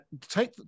take